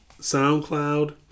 soundcloud